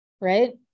right